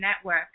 Network